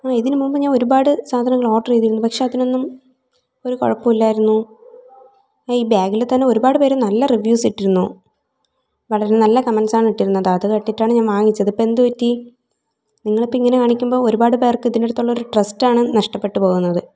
ആ ഇതിനു മുമ്പ് ഞാൻ ഒരുപാട് സാധനങ്ങൾ ഓർഡർ ചെയ്തിരുന്നു പക്ഷെ അതിനൊന്നും ഒരു കുഴപ്പവും ഇല്ലായിരുന്നു ആ ഈ ബാഗിൽ തന്നെ ഒരുപാട് പേര് നല്ല റിവ്യൂസ് ഇട്ടിരുന്നു വളരെ നല്ല കമൻറ്റ്സ് ആണ് ഇട്ടിരുന്നത് അത് കണ്ടിട്ടാണ് ഞാൻ വാങ്ങിച്ചത് ഇപ്പം എന്തുപറ്റി നിങ്ങളിപ്പം ഇങ്ങനെ കാണിക്കുമ്പം ഒരുപാട് പേർക്ക് ഇതിനകത്തുള്ളൊരു ട്രസ്റ്റ് ആണ് നഷ്ടപ്പെട്ട് പോകുന്നത്